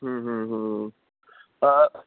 हूं हूं हूं त